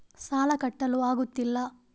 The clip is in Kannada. ಸಾಲ ಕಟ್ಟಲು ಆಗುತ್ತಿಲ್ಲ